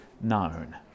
known